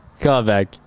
Callback